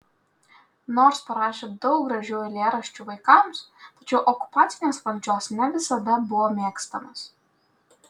nors parašė daug gražių eilėraščių vaikams tačiau okupacinės valdžios ne visada buvo mėgstamas